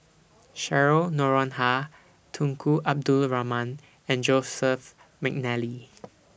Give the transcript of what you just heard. Cheryl Noronha Tunku Abdul Rahman and Joseph Mcnally